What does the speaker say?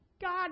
God